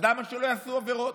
למה שלא יעשו עבירות?